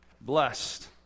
Blessed